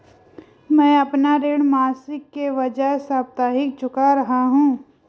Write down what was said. मैं अपना ऋण मासिक के बजाय साप्ताहिक चुका रहा हूँ